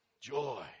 joy